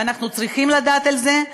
ואנחנו צריכים לדעת על זה,